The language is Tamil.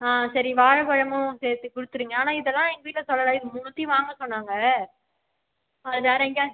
ஆ சரி வாழைப்பழமும் சேர்த்து கொடுத்துருங்க ஆனால் இதெல்லாம் எங்கள் வீட்டில் சொல்லலை இது மூணுத்தையும் வாங்க சொன்னாங்க வேறு எங்கேயா